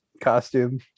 costume